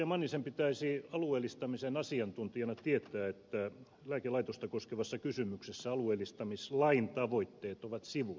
mannisen pitäisi alueellistamisen asiantuntijana tietää että lääkelaitosta koskevassa kysymyksessä alueellistamislain tavoitteet on sivuutettu